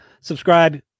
Subscribe